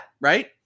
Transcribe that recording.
right